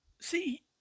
See